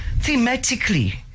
thematically